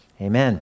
amen